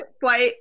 flight